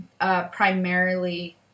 primarily